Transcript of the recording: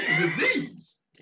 Disease